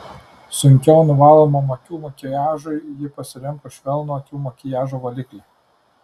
sunkiau nuvalomam akių makiažui ji pasirinko švelnų akių makiažo valiklį